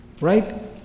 Right